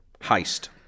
heist